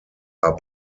are